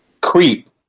creep